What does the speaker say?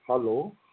hello